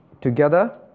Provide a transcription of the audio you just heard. together